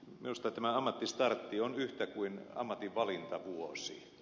minusta tämä ammattistartti on yhtä kuin ammatinvalintavuosi